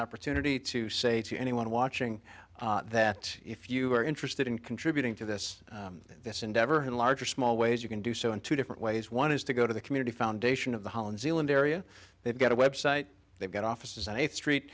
opportunity to say to anyone watching that if you are interested in contributing to this this endeavor in large or small ways you can do so in two different ways one is to go to the community foundation of the holland zealand area they've got a website they've got offices and eighth street